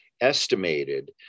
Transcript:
estimated